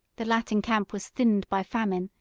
the latin camp was thinned by famine,